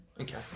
Okay